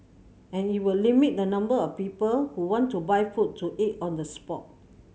and it will limit the number of people who want to buy food to eat on the spot